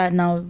now